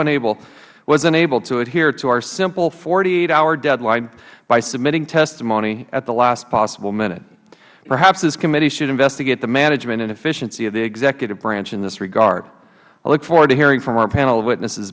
unable to adhere to our simple forty eight hour deadline by submitting testimony at the last possible minute perhaps this committee should investigate the management and efficiency of the executive branch in this regard i look forward to hearing from our panel of witnesses